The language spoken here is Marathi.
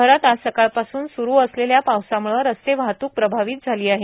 शहरात आज सकाळपासून सुरू असलेल्या पावसामुळं रस्ते वाहतुक प्रभावित झाली आहे